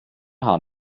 haan